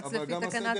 המומלץ לפי תקנת משנה (ט).